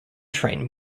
train